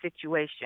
situation